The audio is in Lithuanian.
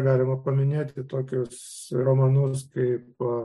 galima paminėti tokius romanus kaip